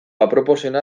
aproposena